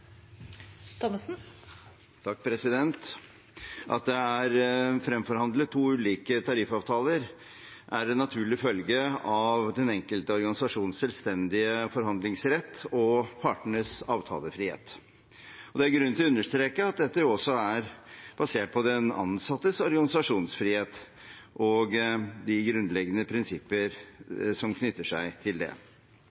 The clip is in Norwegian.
fremforhandlet to ulike tariffavtaler, er en naturlig følge av den enkelte organisasjons selvstendige forhandlingsrett og partenes avtalefrihet. Det er grunn til å understreke at dette også er basert på den ansattes organisasjonsfrihet og de grunnleggende prinsipper